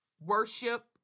worship